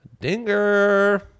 Dinger